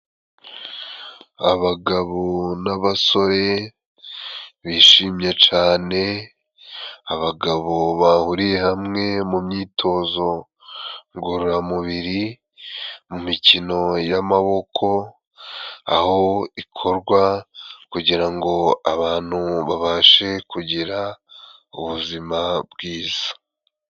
Abagabo n'abasore bishimye cane, abagabo bahuriye hamwe mu myitozo ngororamubiri. Mu mikino y'amaboko aho ikorwa kugira ngo abantu, babashe kugira ubuzima bwiza.